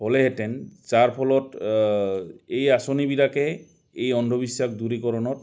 হ'লেহেঁতেন যাৰ ফলত এই আঁচনিবিলাকে এই অন্ধবিশ্বাস দূৰীকৰণত